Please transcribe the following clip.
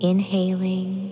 Inhaling